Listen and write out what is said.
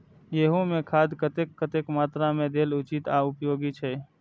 गेंहू में खाद कतेक कतेक मात्रा में देल उचित आर उपयोगी छै?